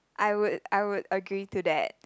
I would I would agree to that